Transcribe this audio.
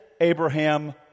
Abraham